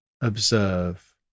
observe